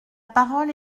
parole